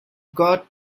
got